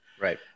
Right